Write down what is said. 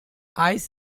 eyes